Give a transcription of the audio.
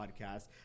podcast